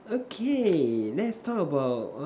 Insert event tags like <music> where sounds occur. okay let's talk about <noise>